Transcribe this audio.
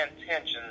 intentions